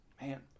Man